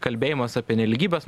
kalbėjimas apie nelygybės